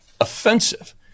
offensive